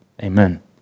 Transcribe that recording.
amen